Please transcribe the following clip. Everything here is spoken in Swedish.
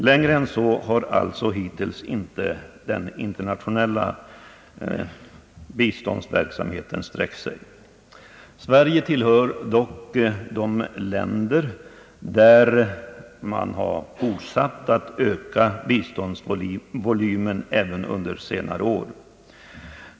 Längre än så har alltså hittills inte den internationella — biståndsverksamheten sträckt sig. Sverige tillhör dock de länder som har fortsatt att öka sin biståndsvolym även under senare år.